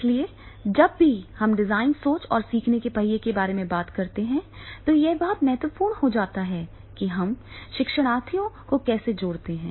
इसलिए जब हम डिजाइन सोच और सीखने के पहिये के बारे में बात करते हैं तो यह बहुत महत्वपूर्ण हो जाता है कि हम शिक्षार्थियों को कैसे जोड़ते हैं